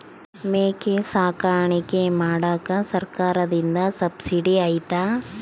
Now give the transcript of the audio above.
ಮೇಕೆ ಸಾಕಾಣಿಕೆ ಮಾಡಾಕ ಸರ್ಕಾರದಿಂದ ಸಬ್ಸಿಡಿ ಐತಾ?